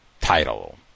title